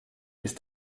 ist